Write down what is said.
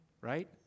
right